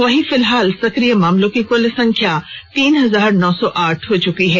वहीं फिलहाल सक्रिय मामलों की कुल संख्या तीन हजार नौ सौ आठ हो चुकी है